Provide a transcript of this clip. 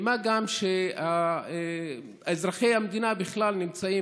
מה גם שאזרחי המדינה נמצאים,